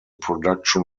production